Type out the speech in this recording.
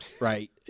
right